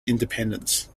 independence